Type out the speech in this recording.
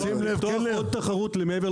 קלנר,